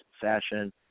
Fashion